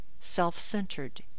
self-centered